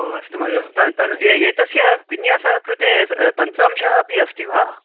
ओ अस्तु महोदय एतस्य विन्यासस्य कृते तन्त्रांशः अपि अस्ति वा